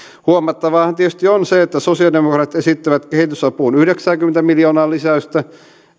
huomattavaahan tietysti on se että sosialidemokraatit esittävät kehitysapuun yhdeksänkymmentä miljoonaa lisäystä